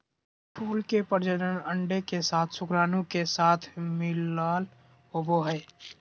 फूल के प्रजनन अंडे के साथ शुक्राणु के साथ मिलला होबो हइ